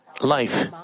life